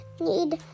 need